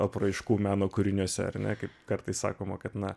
apraiškų meno kūriniuose ar ne kaip kartais sakoma kad na